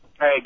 Hey